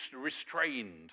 restrained